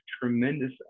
tremendous